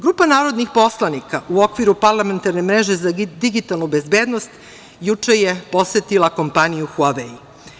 Grupa narodnih poslanika u okviru parlamentarne mreže za digitalnu bezbednost juče je posetila kompaniju "Huavej"